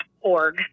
org